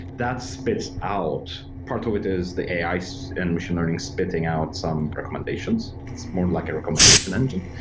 that spits out part of it is the ai so and machine learning spitting out some recommendations. it's more like a recommendation engine.